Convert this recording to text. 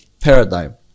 paradigm